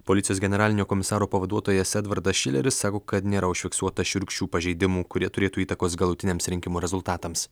policijos generalinio komisaro pavaduotojas edvardas šileris sako kad nėra užfiksuota šiurkščių pažeidimų kurie turėtų įtakos galutiniams rinkimų rezultatams